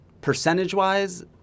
percentage-wise